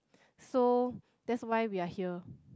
so that's why we are here